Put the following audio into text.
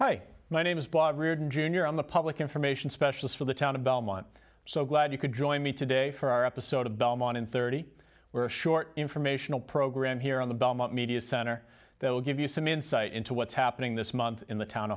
hi my name is bob riordan jr on the public information specialist for the town of belmont so glad you could join me today for our episode of belmont in thirty or a short informational program here on the belmont media center that will give you some insight into what's happening this month in the town